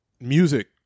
music